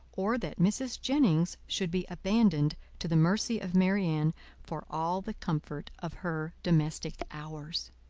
or that mrs. jennings should be abandoned to the mercy of marianne for all the comfort of her domestic hours.